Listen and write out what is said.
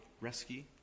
Rescue